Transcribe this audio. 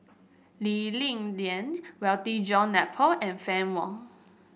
Lee Ling Lian Walter John Napier and Fann Wong